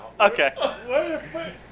Okay